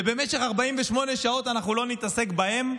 ובמשך 48 שעות אנחנו לא נתעסק בהם,